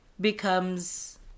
becomes